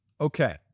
Okay